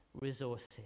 resources